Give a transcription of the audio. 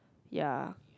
ya